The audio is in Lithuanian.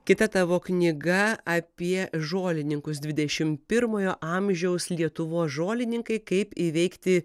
kita tavo knyga apie žolininkus dvidešimt pirmojo amžiaus lietuvos žolininkai kaip įveikti